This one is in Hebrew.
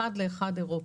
אחד לאחד אירופה.